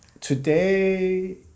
today